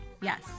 Yes